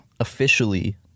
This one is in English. officially